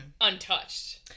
untouched